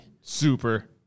Super